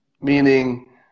meaning